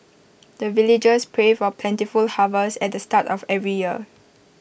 the villagers pray for plentiful harvest at the start of every year